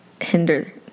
hinder